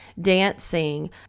dancing